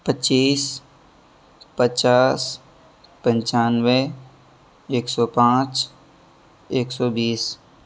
پچیس پچاس پچانوے ایک سو پانچ ایک سو بیس